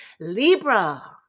Libra